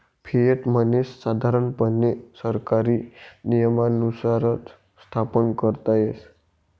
fiat money सामान्यपणे सरकारी नियमानुसारच स्थापन करता येस